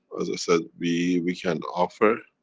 as i said we, we can offer.